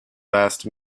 last